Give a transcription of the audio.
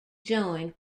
joined